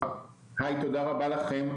תודה רבה לכם.